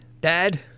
dad